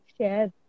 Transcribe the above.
share